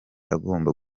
agomba